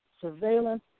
surveillance